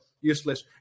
useless